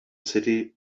city